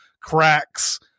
cracks